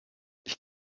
ich